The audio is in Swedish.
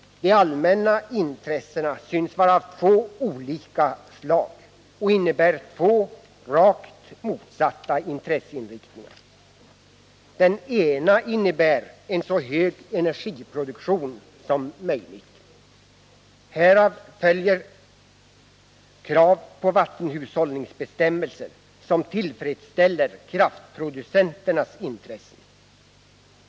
De allmänna intressena synes vara av två olika slag och innebär två rakt motsatta intresseinriktningar. Den ena innebär en så hög energiproduktion som möjligt. Härav följer krav på vattenhushållningsbestämmelser som tillfredsställer kraftproducenternas intressen.